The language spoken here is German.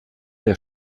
der